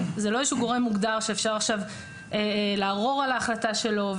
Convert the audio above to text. זה לא איזשהו גורם מוגדר שאפשר עכשיו לערור על ההחלטה שלו.